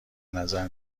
نظر